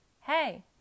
hey